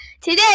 today